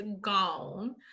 gone